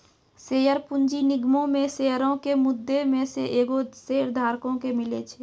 share पूंजी निगमो मे शेयरो के मुद्दइ मे से एगो शेयरधारको के मिले छै